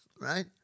right